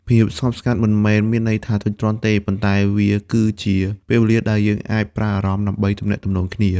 ភាពស្ងប់ស្ងាត់មិនមែនមានន័យថាធុញទ្រាន់ទេ ប៉ុន្តែវាគឺជាពេលវេលាដែលយើងអាចប្រើអារម្មណ៍ដើម្បីទំនាក់ទំនងគ្នា។